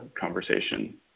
conversation